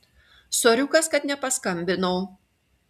soriukas kad nepaskambinau